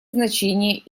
значение